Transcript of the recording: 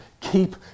keep